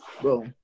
Bro